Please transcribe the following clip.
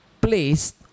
placed